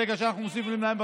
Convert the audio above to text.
ברגע שאנחנו מוסיפים להם,